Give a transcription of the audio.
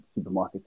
supermarkets